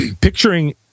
picturing